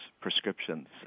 prescriptions